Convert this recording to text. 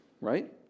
right